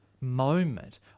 moment